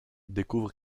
découvre